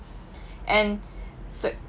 and se~